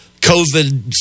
COVID